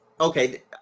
okay